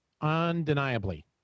Undeniably